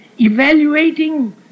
evaluating